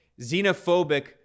xenophobic